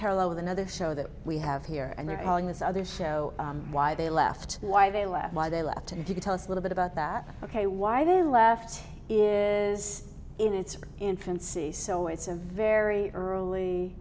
parallel with another show that we have here and they're all in this other show why they left why they left why they left if you could tell us a little bit about that ok why they left is in its infancy so it's a very early